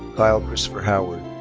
kyle christopher howard.